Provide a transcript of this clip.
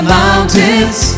mountains